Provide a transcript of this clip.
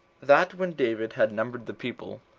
that when david had numbered the people,